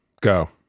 Go